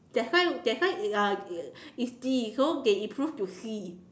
that's why that's why it's uh it's D so they improve to C